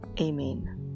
Amen